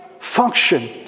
function